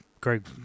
Greg